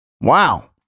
Wow